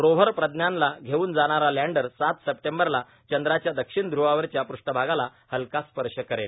Rover प्रज्ञानला घेऊन जाणारा लॅण्डर सात सप्टेंबरला चंद्राच्या दक्षिण ध्रवावरच्या पृष्ठभागाला हलका स्पर्श करेल